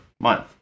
month